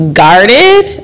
guarded